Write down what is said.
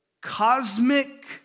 cosmic